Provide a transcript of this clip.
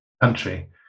country